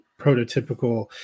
prototypical